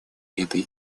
этой